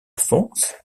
force